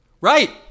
Right